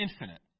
infinite